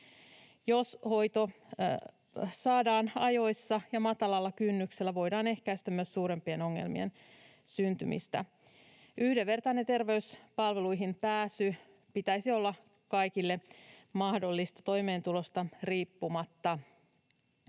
Jos hoito saadaan ajoissa ja matalalla kynnyksellä, voidaan ehkäistä myös suurempien ongelmien syntymistä. Yhdenvertaisen terveyspalveluihin pääsyn pitäisi olla kaikille mahdollista toimeentulosta riippumatta.